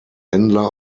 händler